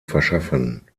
verschaffen